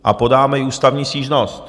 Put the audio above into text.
A podáme i ústavní stížnost.